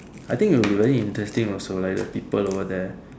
I think it'd be very interesting also like the people over there